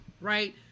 Right